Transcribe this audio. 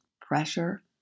Pressure